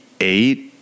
eight